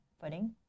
footing